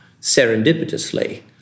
serendipitously